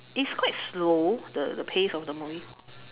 is quite slow the the pace of the movie